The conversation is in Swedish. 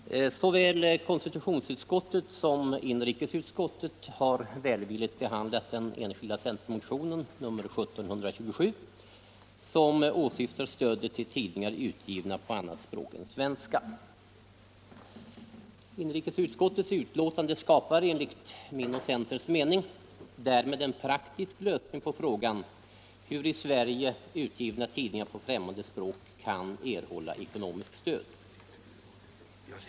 Herr talman! Såväl konstitutionsutskottet som inrikesutskottet har välvilligt behandlat den enskilda centermotionen nr 1727, som åsyftar stöd till tidningar utgivna på annat språk än svenska. Inrikesutskottets betänkande skapar, enligt min och centerns mening, därmed en praktisk lösning på frågan om hur i Sverige utgivna tidningar på främmande språk skall kunna erhålla ekonomiskt stöd.